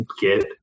get